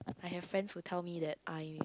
I have friends who tell me that I